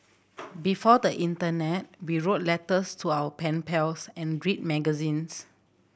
before the internet we wrote letters to our pen pals and read magazines